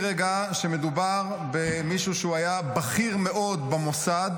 רגע שמדובר במישהו שהיה בכיר מאוד במוסד,